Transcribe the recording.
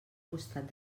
costat